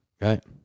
Right